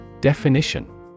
Definition